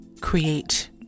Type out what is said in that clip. create